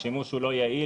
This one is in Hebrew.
השימוש הוא לא יעיל,